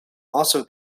also